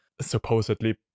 supposedly